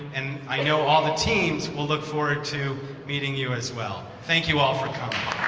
and i know all the teams will look forward to meeting you as well. thank you all for coming.